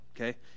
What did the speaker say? okay